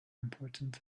important